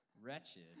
wretched